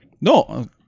No